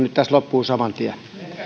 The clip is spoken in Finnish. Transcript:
nyt tässä loppuun saman tien